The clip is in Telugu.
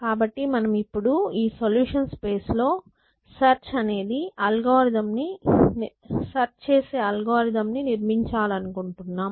కాబట్టి మనము ఇప్పుడు ఈ సొల్యూషన్ స్పేస్ లో సెర్చ్ చేసే అల్గారిథమ్ ను నిర్మిచాలనుకుంటున్నాం